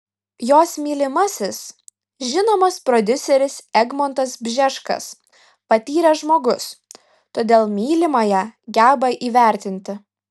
jos mylimasis žinomas prodiuseris egmontas bžeskas patyręs žmogus todėl mylimąją geba įvertinti